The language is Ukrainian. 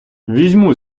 візьму